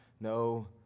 No